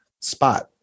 spot